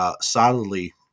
solidly